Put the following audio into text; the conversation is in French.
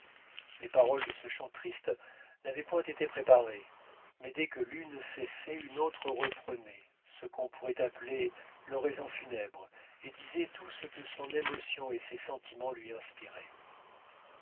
les paroles de ce chant triste n'avaient point été préparées mais dès que l'une cessait une autre reprenait ce qu'on pourrait appeler l'oraison funèbre et disait tout ce que son émotion et ses sentiments lui inspiraient